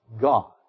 God